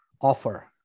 offer